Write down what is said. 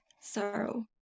sorrow